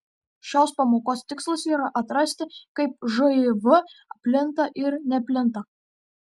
šios pamokos tikslas yra atrasti kaip živ plinta ir neplinta